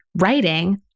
writing